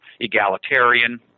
egalitarian